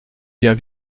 bien